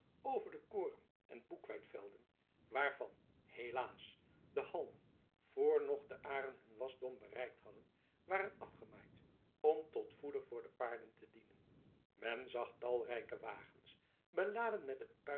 over de koren en boekweitvelden waarvan helaas de halmen voor nog de aren hun wasdom bereikt hadden waren afgemaaid om tot voeder voor de paarden te dienen men zag talrijke wagens beladen met het